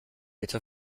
bitte